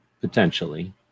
potentially